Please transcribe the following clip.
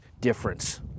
difference